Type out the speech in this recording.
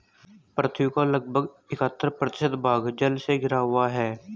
पृथ्वी का लगभग इकहत्तर प्रतिशत भाग जल से घिरा हुआ है